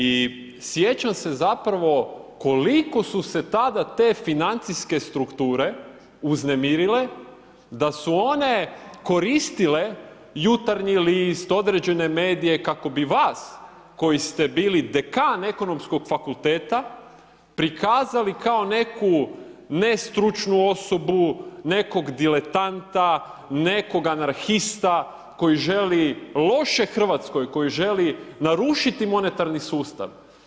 I sjećam se zapravo koliko su se tada te financijske strukture uznemirile da su one koristile Jutarnji list, određene medije kako bi vas koji ste bili dekan Ekonomskog fakulteta prikazali kao neku ne stručnu osobu, nekog diletanta, nekog anarhista koje želi loše Hrvatskoj, koji želi narušiti monetarni sustav.